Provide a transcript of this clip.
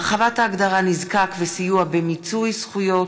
(הרחבת ההגדרה "נזקק" וסיוע במיצוי זכויות),